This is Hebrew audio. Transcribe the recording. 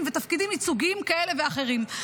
ותפקידים ייצוגיים כאלה ואחרים.